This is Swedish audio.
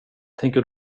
tänker